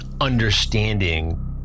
understanding